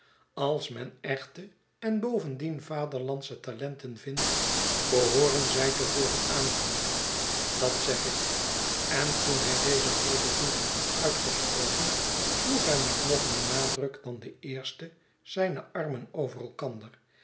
als men echte en bovendien vaderlandsche talenten vindt behooren zy te worden aangemoedigd dat zeg ik en toen hij deze redevoering had uitgesproken sloeg hij met nog meer nadruk dan eerst zijne armen over elkander